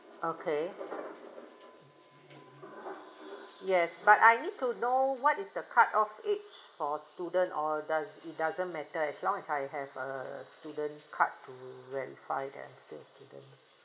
okay yes but I need to know what is the cut off age for student or does it doesn't matter as long as I have a student card to verify that I'm still a student